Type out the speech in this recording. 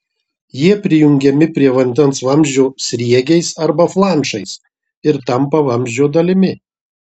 jie prijungiami prie vandens vamzdžio sriegiais arba flanšais ir tampa vamzdžio dalimi